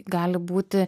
gali būti